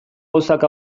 gauzak